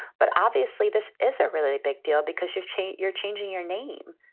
but obviously this is a really big deal because you've changed. you're changing your name.